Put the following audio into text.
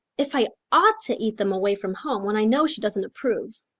if i ought to eat them away from home when i know she doesn't approve.